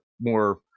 more